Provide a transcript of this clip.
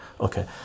Okay